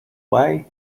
way